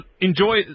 enjoy